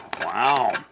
Wow